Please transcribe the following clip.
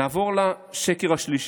נעבור לשקר השלישי.